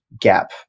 gap